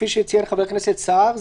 כפי שציין ח"כ סער,